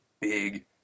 big